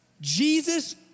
Jesus